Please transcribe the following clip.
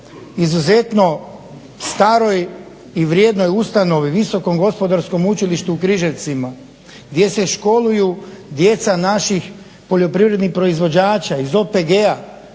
izuzetno staroj i vrijednoj ustanovi Visokom gospodarskom učilištu u Križevcima, gdje se školuju djeca naših poljoprivrednih proizvođača iz OPG-a,